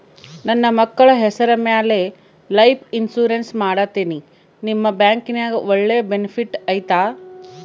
ನನ್ನ ಮಕ್ಕಳ ಹೆಸರ ಮ್ಯಾಲೆ ಲೈಫ್ ಇನ್ಸೂರೆನ್ಸ್ ಮಾಡತೇನಿ ನಿಮ್ಮ ಬ್ಯಾಂಕಿನ್ಯಾಗ ಒಳ್ಳೆ ಬೆನಿಫಿಟ್ ಐತಾ?